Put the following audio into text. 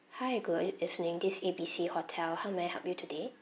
hi good evening this is A B C hotel how may I help you today